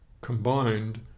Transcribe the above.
combined